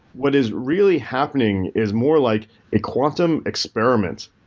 what is really happening is more like a quantum experiment,